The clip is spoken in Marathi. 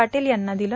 पाटील यांना दिलं